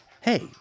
hey